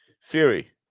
Siri